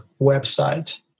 website